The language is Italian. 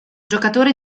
giocatore